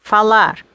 Falar